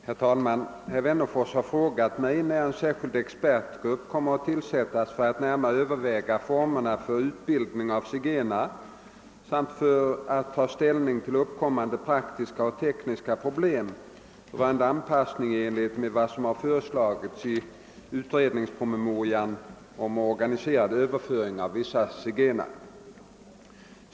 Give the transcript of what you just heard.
Herr talman! Herr Wennerfors har frågat mig när en särskild expertgrupp kommer att tillsättas för att närmare överväga formerna för utbildningen av zigenare samt för att ta ställning till uppkommande praktiska och tekniska problem rörande anpassningen i enlighet med vad som föreslagits i utredningspromemorian »Om «organiserad överföring av vissa zigenare».